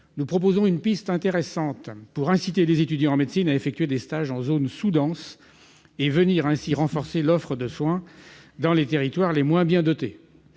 nous proposons une piste intéressante pour inciter les étudiants en médecine à effectuer des stages en zones sous-denses et à venir ainsi renforcer l'offre de soins dans les territoires les moins bien dotés.